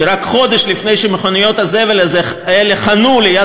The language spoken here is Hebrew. שרק חודש לפני שמכוניות הזבל האלה חנו ליד